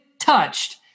touched